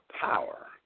power